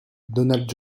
donald